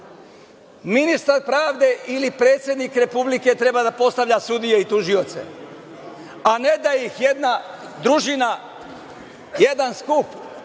sistem. Ministar pravde ili predsednik Republike treba da postavlja sudije i tužioce, a ne da ih jedna družina, jedan skup